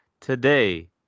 today